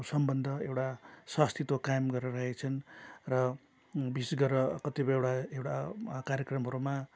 सम्बन्ध एउटा स्वअस्तित्व कायम गरेर राखेका छन् र विशेष गरेर कतिपय एउटा एउटा कार्यक्रमहरूमा